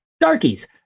Darkies